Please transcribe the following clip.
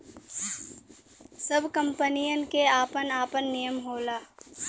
सब कंपनीयन के आपन आपन नियम होला